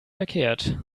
verkehrt